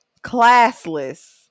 classless